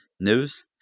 news